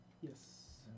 Yes